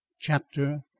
Chapter